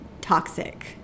toxic